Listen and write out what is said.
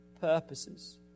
purposes